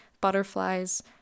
butterflies